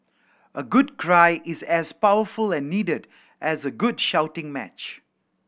a good cry is as powerful and needed as a good shouting match